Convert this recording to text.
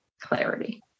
clarity